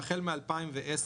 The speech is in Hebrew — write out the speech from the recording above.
והחל מ-2010,